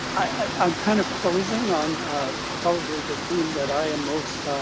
i'm kind of closing on probably the theme that i am most